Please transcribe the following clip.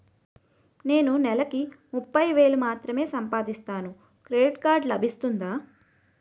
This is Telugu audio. నేను నెల కి ముప్పై వేలు మాత్రమే సంపాదిస్తాను క్రెడిట్ కార్డ్ లభిస్తుందా?